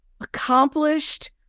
accomplished